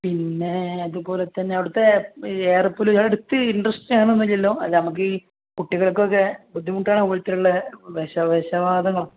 പിന്നെ അതുപോലെ തന്നെ അവിടുത്തെ എയർ പൊല്യൂഷൻ അടുത്ത് ഇൻഡസ്ട്രി അങ്ങനെ ഒന്നും ഇല്ലല്ലോ അല്ല നമുക്ക് ഈ കുട്ടികൾക്കൊക്കെ ബുദ്ധിമുട്ടാണ് അതുപോലത്തെ ഉള്ള വിഷ വിഷവാതകം